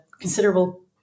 considerable